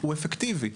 הוא אפקטיבי?